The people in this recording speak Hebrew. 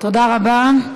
תודה רבה.